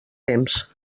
temps